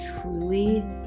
truly